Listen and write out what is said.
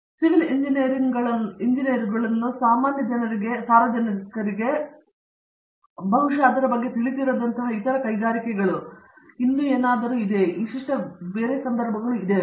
civil ಇಂಜಿನಿಯರುಗಳನ್ನು ಸಾಮಾನ್ಯ ಸಾರ್ವಜನಿಕರಿಗೆ ಬಹುಶಃ ಅದರ ಬಗ್ಗೆ ತಿಳಿದಿರದಂತಹ ಇತರ ಕೈಗಾರಿಕೆಗಳು ನೀವು ನಮಗೆ ತಿಳಿಸುವಂತಹ ಕೆಲವು ವಿಶಿಷ್ಟ ಸಂದರ್ಭಗಳಲ್ಲಿ ಇದೆಯೇ